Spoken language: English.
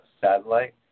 satellite